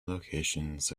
locations